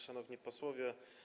Szanowni Posłowie!